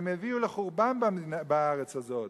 הם הביאו לחורבן בארץ הזאת.